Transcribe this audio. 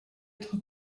être